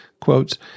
quotes